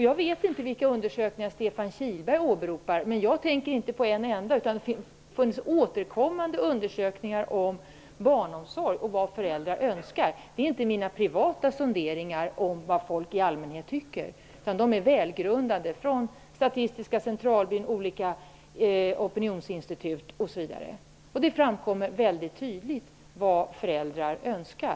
Jag vet inte vilka undersökningar Stefan Kihlberg åberopar, men jag tänker inte bara på en undersökning, utan det har gjorts återkommande undersökningar om vilken barnomsorg föräldrar önskar. Det jag redovisade är inte hämtat ur mina privata sonderingar av vad folk i allmänhet tycker, utan det är välgrundade resultat av undersökningar som har gjorts av Statistiska centralbyrån, olika opinionsinstitut, osv. Av dem framgår det tydligt vad föräldrar önskar.